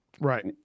Right